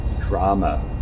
drama